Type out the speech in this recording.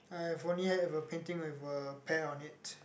I've only had a painting with a pear on it